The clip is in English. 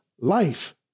life